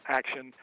action